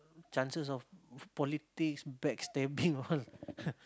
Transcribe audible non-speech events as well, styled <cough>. chances of politics backstabbing all <laughs>